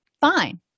fine